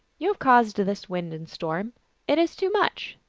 you have caused this wind and storm it is too much.